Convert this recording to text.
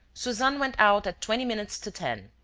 suzanne went out at twenty minutes to ten.